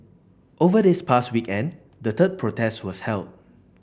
over this past weekend the third protest was held